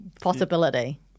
possibility